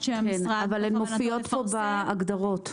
אבל הן מופיעות כאן בהגדרות.